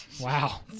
Wow